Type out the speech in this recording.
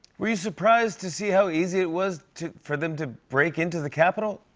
were you surprised to see how easy it was for them to break into the capitol?